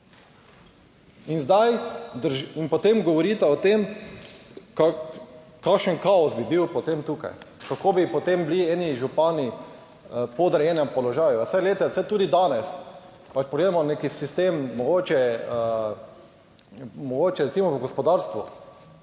In potem govorite o tem kakšen kaos bi bil potem tukaj, kako bi potem bili eni župani v podrejenem položaju. Glejte, saj tudi danes pa pogledamo nek sistem, mogoče recimo v gospodarstvu,